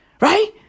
right